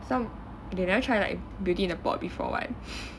some they never try like beauty in a pot before [what]